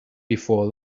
before